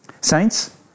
Saints